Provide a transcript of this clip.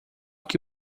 que